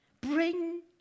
Bring